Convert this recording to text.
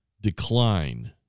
decline